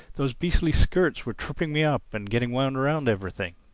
those beastly skirts were tripping me up and getting wound round everything.